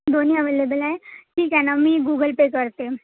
दोन्ही अवेलेबल आहे ठीक आहे ना मी गुगल पे करते